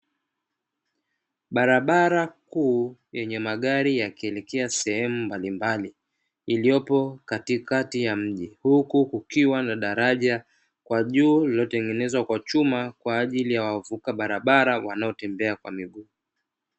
Barabara kuu yenye magari yakielekea sehemu mbalimbali iliyopo katikati ya mji huku kukiwa na daraja kwa juulilotengenezwa kwa chuma kwa watembea kwa miguu.